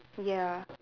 ya